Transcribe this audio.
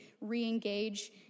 re-engage